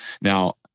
Now